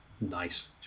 nice